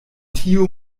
tiu